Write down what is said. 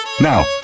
Now